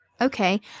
Okay